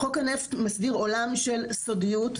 חוק הנפט מסדיר עולם של סודיות,